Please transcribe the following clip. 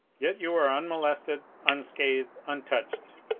yet you are unmolested, unscathed, untouched.